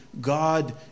God